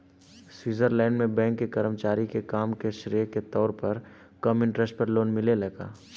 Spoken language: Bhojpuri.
स्वीट्जरलैंड में बैंक के कर्मचारी के काम के श्रेय के तौर पर कम इंटरेस्ट पर लोन मिलेला का?